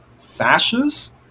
fascists